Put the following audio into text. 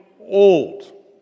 old